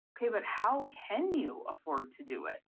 okay, but how can you afford to do it?